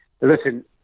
listen